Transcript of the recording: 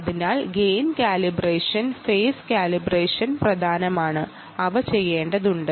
അതിനാൽ ഗെയിൻ കാലിബ്രേഷനും ഫെയിസ് കാലിബ്രേഷനും പ്രധാനമാണ് അവ ചെയ്യേണ്ടതുണ്ട്